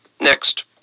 Next